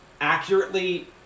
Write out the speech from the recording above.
accurately